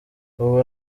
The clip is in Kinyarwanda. ubu